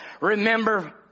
Remember